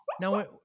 Now